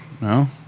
No